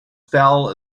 fell